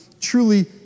truly